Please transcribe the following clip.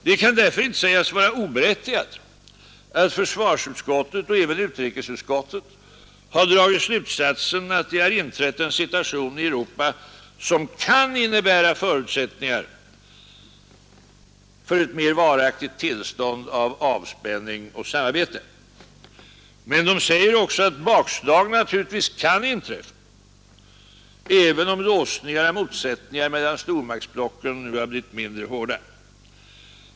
Det kan därför inte sägas vara oberättigat att försvarsutskottet och även utrikesutskottet har dragit slutsatsen, att det har inträtt en situation i Europa som kan innebära förutsättningar för ett mer varaktigt tillstånd av avspänning och samarbete. Men de säger också att bakslag naturligtvis kan inträffa, även om låsningar av motsättningar mellan stormaktsblocken nu har blivit mindre hårda.